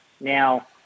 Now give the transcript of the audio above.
Now